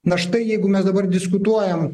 na štai jeigu mes dabar diskutuojame